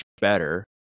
better